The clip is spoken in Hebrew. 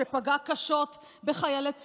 שפגע קשות בחיילי צה"ל,